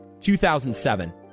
2007